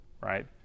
right